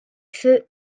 feu